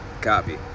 copy